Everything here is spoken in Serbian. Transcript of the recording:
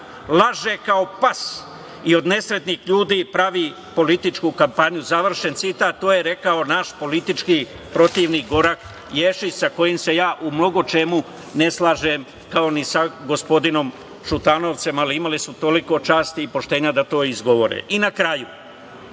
laže kao pas i od nesretnih ljudi pravi političku kampanju", završen citat. To je rekao naš politički protivnik Goran Ješić sa kojim se ja u mnogo čemu ne slažem, kao ni sa gospodinom Šutanovcem, ali imali su toliko časti i poštenja da to izgovore. Na kraju,